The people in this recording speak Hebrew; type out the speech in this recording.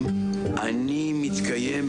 ידיעתי.